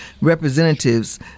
representatives